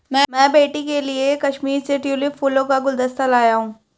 मैं बेटी के लिए कश्मीर से ट्यूलिप फूलों का गुलदस्ता लाया हुं